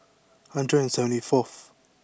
hundred and seventy fourth